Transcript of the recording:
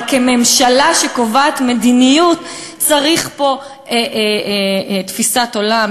אבל לממשלה שקובעת מדיניות צריך תפיסת עולם,